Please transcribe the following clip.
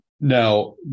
Now